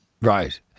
Right